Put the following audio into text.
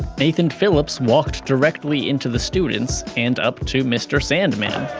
nathan phillips walked directly into the students and up to mr. sandmann.